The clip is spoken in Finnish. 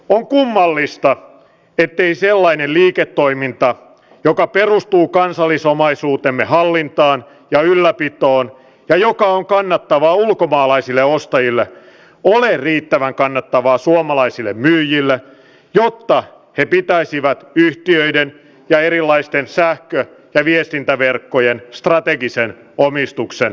on kummallista ettei sellainen liiketoiminta joka perustuu kansallisomaisuutemme hallintaan ja ylläpitoon ja joka on kannattavaa ulkomaalaisille ostajille ole riittävän kannattavaa suomalaisille myyjille jotta he pitäisivät yhtiöiden ja erilaisten sähkö ja viestintäverkkojen strategisen omistuksen kotimaisissa käsissä